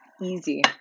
easy